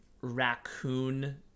raccoon